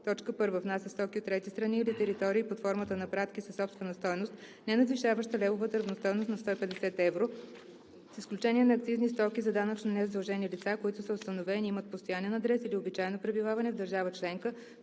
условия: 1. внася стоки от трети страни или територии под формата на пратки със собствена стойност, ненадвишаваща левовата равностойност на 150 евро, с изключение на акцизни стоки, за данъчно незадължени лица, които са установени, имат постоянен адрес или обичайно пребиваване в държава членка,